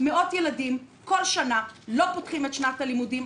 מאות ילדים בכל שנה לא פותחים את שנת הלימודים.